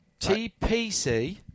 TPC